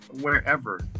wherever